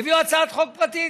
הביאו הצעת חוק פרטית,